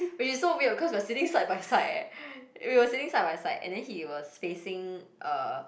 which is so weird cause we're sitting side by side eh we were sitting side by side and then he was facing uh